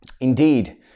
indeed